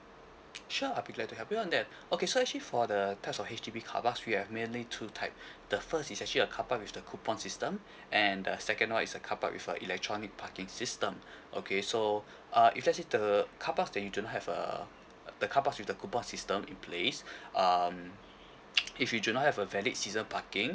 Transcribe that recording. sure I'll be glad to help you on that okay so actually for the there's for H_D_B car park we have mainly two type the first is actually a car park with the coupon system and the second one is a car park with a electronic parking system okay so uh if let say the car park then you do not have uh the car park with the coupon system in place um if you do not have a valid season parking